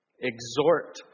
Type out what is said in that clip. Exhort